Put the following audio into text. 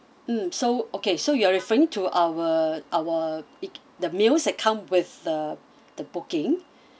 mm so okay so you are referring to our our it the meals that come with the the booking